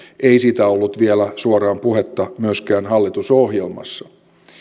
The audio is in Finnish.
ei siitä ollut vielä suoraan puhetta myöskään hallitusohjelmassa